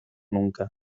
nunca